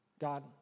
God